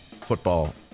Football